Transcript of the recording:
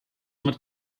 mit